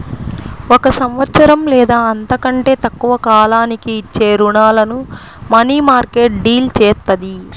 ఒక సంవత్సరం లేదా అంతకంటే తక్కువ కాలానికి ఇచ్చే రుణాలను మనీమార్కెట్ డీల్ చేత్తది